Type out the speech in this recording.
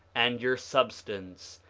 and your substance,